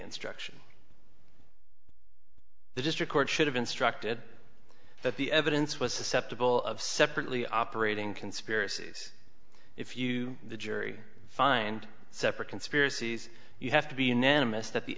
instruction the district court should have instructed that the evidence was susceptible of separately operating conspiracies if you the jury find separate conspiracies you have to be unanimous that the